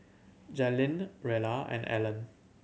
Jaylin Rella and Allen